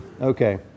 Okay